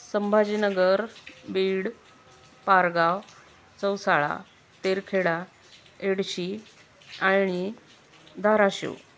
संभाजीनगर बीड पारगाव चौसाळा तेरखेडा एडशी आणि धाराशिव